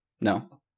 No